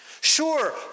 Sure